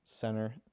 Center